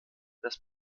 das